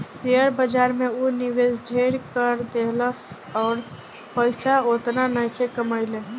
share बाजार में ऊ निवेश ढेर क देहलस अउर पइसा ओतना नइखे कमइले